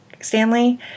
Stanley